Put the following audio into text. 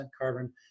carbon